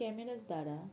ক্যামেরার দ্বারা